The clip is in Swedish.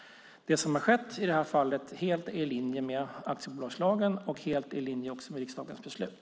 Det som har skett i detta fall är helt i linje med aktiebolagslagen och också helt i linje med riksdagens beslut.